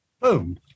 Boom